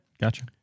gotcha